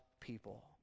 people